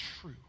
true